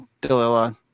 delilah